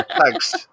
Thanks